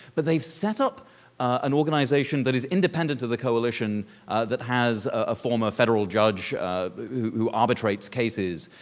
but they set up an organization that is independent to the coalition that has a former federal judge who who arbitrates cases.